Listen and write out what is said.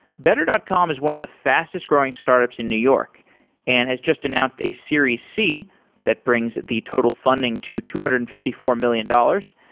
better dot com is one of the fastest growing startups in new york and has just announced a series c that brings the total funding to two hundred and fifty four million dollars.